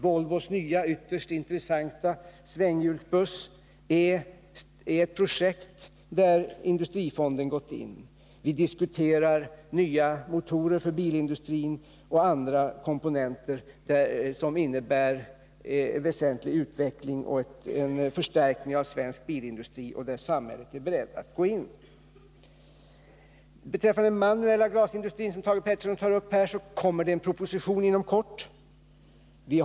Volvos nya, ytterst intressanta svänghjulsbuss är ett projekt där industrifonden gått in. Vi diskuterar nya motorer och andra komponenter som innebär en väsentlig utveckling och en förstärkning av svensk bilindustri, och där är samhället berett att gå in. Beträffande den manuella glasindustrin, som Thage Peterson också berörde, vill jag säga att det inom kort kommer att läggas fram en proposition om denna.